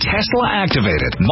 Tesla-activated